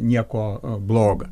nieko bloga